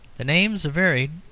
the names are varied,